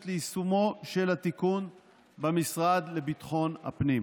ליישומו של התיקון במשרד לביטחון הפנים.